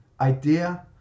idea